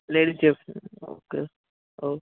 lady chef okay oh